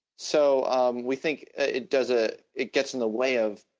so um we think it does a, it gets in the way of,